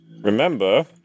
remember